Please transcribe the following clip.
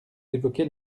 évoquez